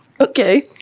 Okay